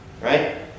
Right